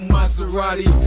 Maserati